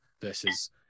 versus